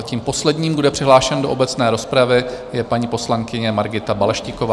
Tím posledním, kdo je přihlášen do obecné rozpravy, je paní poslankyně Margita Balaštíková.